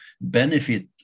benefit